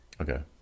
Okay